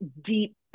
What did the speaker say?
deep